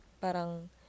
parang